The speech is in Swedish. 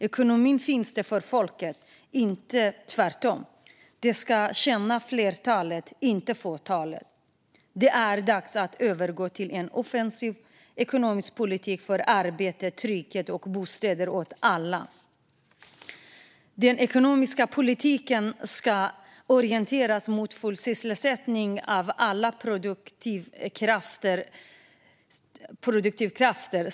Ekonomin finns till för folket, inte tvärtom. Den ska tjäna flertalet, inte fåtalet. Det är dags att övergå till en offensiv ekonomisk politik för arbete, trygghet och bostäder åt alla. Den ekonomiska politiken ska orienteras mot full sysselsättning av alla produktivkrafter.